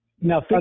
Now